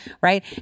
right